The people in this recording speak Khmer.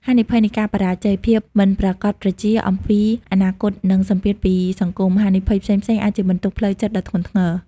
ហានិភ័យនៃការបរាជ័យ ភាពមិនប្រាកដប្រជាអំពីអនាគតនិងសម្ពាធពីសង្គម ហានិភ័យផ្សេងៗ អាចជាបន្ទុកផ្លូវចិត្តដ៏ធ្ងន់ធ្ងរ។